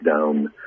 down